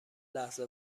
لحظه